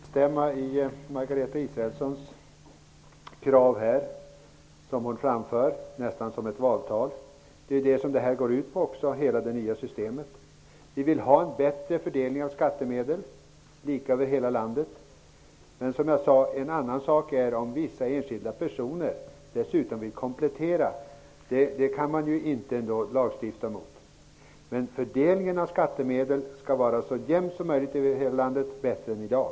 Herr talman! Det är inte svårt att instämma i Margareta Israelssons krav. Hon framför dem nästan som i ett valtal. Hela det nya systemet går ut på att det skall bli en bättre fördelning av skattemedel -- lika över hela landet. Men det går inte att lagstifta mot att vissa enskilda personer kan vilja göra kompletteringar. Men fördelningen av skattemedel skall vara så jämn som möjligt över hela landet, dvs. vara bättre än i dag.